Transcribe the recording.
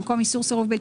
במקום איסור סירוב ...